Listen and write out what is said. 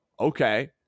Okay